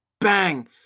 bang